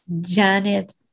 Janet